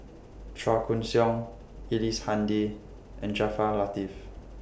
Chua Koon Siong Ellice Handy and Jaafar Latiff